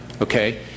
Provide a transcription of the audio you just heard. Okay